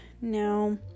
now